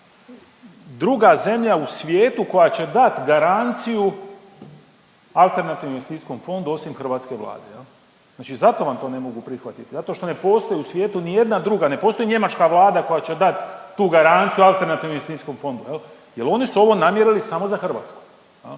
druga zemlja u svijetu koja će dat garanciju alternativnom investicijskom fondu osim hrvatske Vlade, znači zato vam to ne mogu prihvatit, zato što ne postoji u svijetu nijedna druga, ne postoji njemačka vlada koja će dat tu garanciju alternativnom investicijskom fondu jel ovo su oni namjerili samo za Hrvatsku,